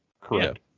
Correct